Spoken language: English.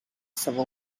civil